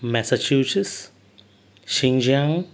मेसाचिवज्स शिंगजाक